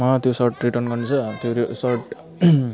त्यो shirt return गर्नु छ त्यो सर्ट